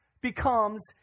becomes